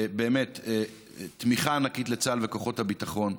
באמת תמיכה ענקית לצה"ל וכוחות הביטחון,